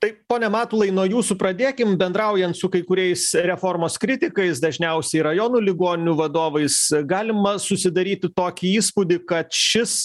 tai pone matulai nuo jūsų pradėkim bendraujant su kai kuriais reformos kritikais dažniausiai rajonų ligoninių vadovais galima susidaryti tokį įspūdį kad šis